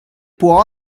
può